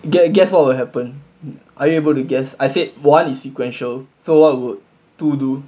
you can guess what will happen are you able to guess I said one is sequential so what woul~ what to do